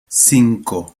cinco